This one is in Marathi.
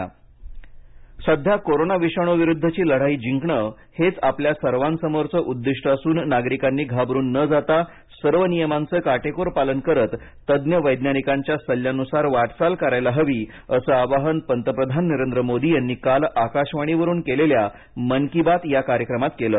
पंतप्रधान सध्या कोरोना विषाणूविरुद्धची लढाई जिंकण हेच आपल्या सर्वसमोरच उद्दिष्ट असून नागरिकांनी घाबरून न जाता सर्व नियमांच काटेकोर पालन करत तज्ज्ञ वैज्ञानिकांच्या सल्ल्यानुसार वाटचाल करायला हवी असं आवाहन पंतप्रधान नरेंद्र मोदी यांनी काल आकाशवाणी वरून केलेल्या मन की बात या कार्यक्रमात केलं